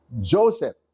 joseph